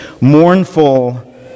mournful